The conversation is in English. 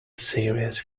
serious